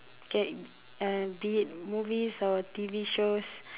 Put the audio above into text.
K uh be it movies or T_V shows